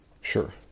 Sure